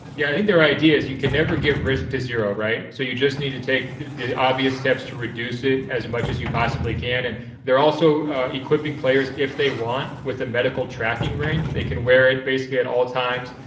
yeah, i mean, their idea is you can never get risk to zero, right? so you just need to take the obvious steps to reduce it as much as you possibly can. and they're also equipping players, if they want, with a medical tracking ring. they can wear it basically at all times.